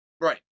Right